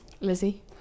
Lizzie